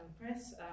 press